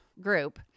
group